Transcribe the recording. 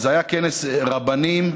זה היה כנס רבנים ומומחים,